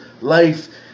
life